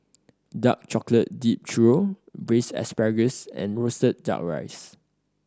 dark chocolate dipped churro Braised Asparagus and roasted Duck Rice